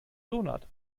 donut